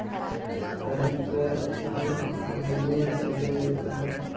Tractor ಯಾವ ಕಂಪನಿದು ಚಲೋ ಇರತದ?